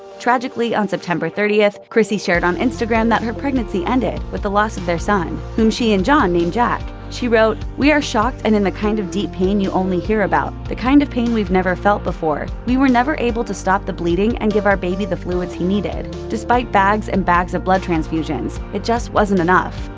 tragically, on september thirtieth, chrissy shared on instagram that her pregnancy ended with the loss of their son, whom she and john named jack. she wrote, we are shocked and in the kind of deep pain you only hear about, the kind of pain we've never felt before. we were never able to stop the bleeding and give our baby the fluids he needed, despite bags and bags of blood transfusions. it just wasn't enough.